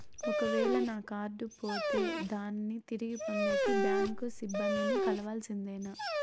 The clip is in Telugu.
ఒక వేల నా కార్డు పోతే దాన్ని తిరిగి పొందేకి, బ్యాంకు సిబ్బంది ని కలవాల్సిందేనా?